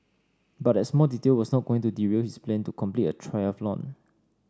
but that small detail was not going to derail his plan to complete a triathlon